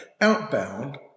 Outbound